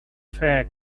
fact